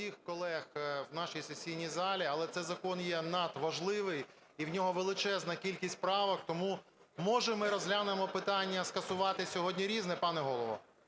до всіх колег у нашій сесійні залі, але цей закон є надважливий, і в нього величезна кількість правок. Тому може ми розглянемо питання, скасувати сьогодні "Різне", пане Голово?